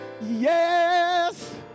Yes